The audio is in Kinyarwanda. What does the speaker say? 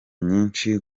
nyinshi